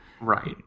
right